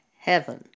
heaven